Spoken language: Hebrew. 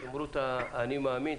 תבהירו את "האני מאמין",